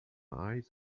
eyes